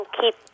keep